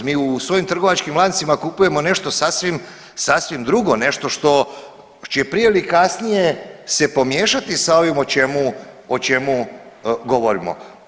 Mi u svojim trgovačkim lancima kupujemo nešto sasvim drugo, nešto što će prije ili kasnije se pomiješati sa ovim o čemu govorimo.